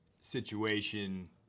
situation